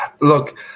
look